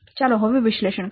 ચાલો હવે વિશ્લેષણ કરીએ